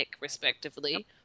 respectively